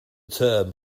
term